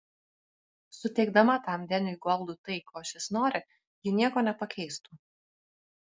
suteikdama tam deniui goldui tai ko šis nori ji nieko nepakeistų